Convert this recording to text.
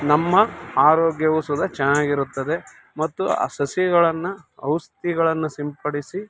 ನಮ್ಮ ಆರೋಗ್ಯವೂ ಸುದ ಚೆನ್ನಾಗಿರುತ್ತದೆ ಮತ್ತು ಆ ಸಸಿಗಳನ್ನು ಔಷಧಿಗಳನ್ನು ಸಿಂಪಡಿಸಿ